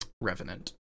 revenant